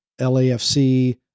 LAFC